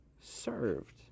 served